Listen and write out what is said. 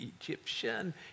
Egyptian